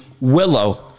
willow